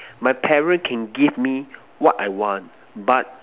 my parent can give me what I want but